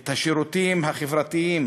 את השירותים החברתיים,